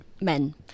men